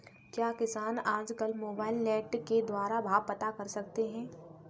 क्या किसान आज कल मोबाइल नेट के द्वारा भाव पता कर सकते हैं?